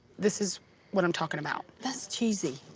this is what i'm talking about. that's cheesy.